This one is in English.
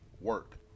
work